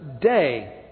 day